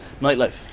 nightlife